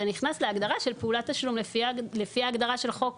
זה נכנס להגדרה של פעולת תשלום לפי ההגדרה של חוק